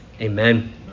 amen